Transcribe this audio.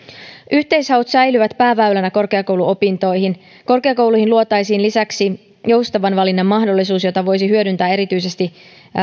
yhteishaut säilyvät pääväylänä korkeakouluopintoihin korkeakouluihin luotaisiin lisäksi joustavan valinnan mahdollisuus jota voisi hyödyntää erityisesti